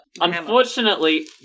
Unfortunately